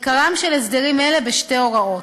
עיקרם של הסדרים אלה בשתי הוראות: